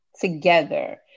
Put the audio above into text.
together